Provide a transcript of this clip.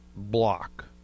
Block